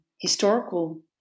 historical